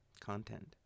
Content